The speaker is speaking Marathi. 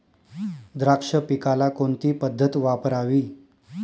द्राक्ष पिकाला कोणती पद्धत वापरावी?